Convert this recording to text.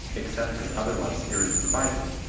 except as otherwise herein provided,